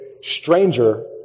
stranger